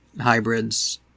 hybrids